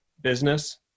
business